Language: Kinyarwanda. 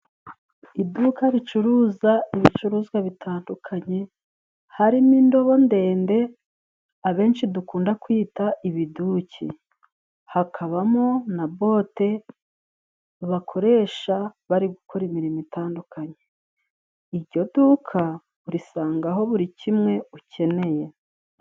Iduka ricuruza ibicuruzwa bitandukanye harimo indobo ndende, abenshi dukunda kwita ibiduki. Hakabamo na bote bakoresha bari gukora imirimo itandukanye. Iryo duka urisangaho buri kimwe ukeneye.